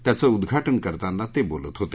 त्याचं उद्घाटन करताना ते बोलत होते